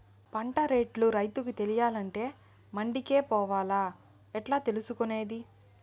పంట రేట్లు రైతుకు తెలియాలంటే మండి కే పోవాలా? ఎట్లా తెలుసుకొనేది?